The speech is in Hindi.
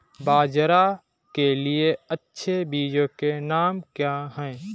बाजरा के लिए अच्छे बीजों के नाम क्या हैं?